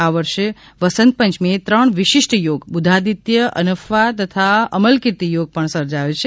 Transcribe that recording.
આ વર્ષે વસંત પંચમીએ ત્રણ વિશિષ્ટ યોગ બુધાદિત્ય અનફા તથા અમલકીર્તી યોગ પણ સર્જાયો છે